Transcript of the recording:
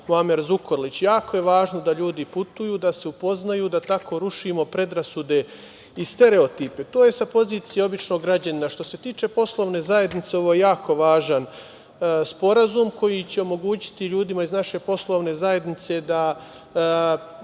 Muamer Zukorlić. Jako je važno da ljudi putuju, da se upoznaju, da tako rušimo predrasude i stereotipe. To je sa pozicije običnog građanina. Što se tiče poslovne zajednice, ovo je jako važan sporazum, koji će omogućiti ljudima iz naše poslovne zajednice